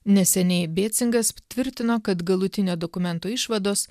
neseniai bėcingas tvirtino kad galutinio dokumento išvados